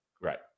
right